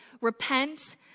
Repent